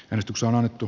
merkitään